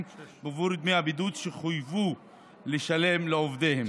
בעבור דמי הבידוד שחויבו לשלם לעובדיהם,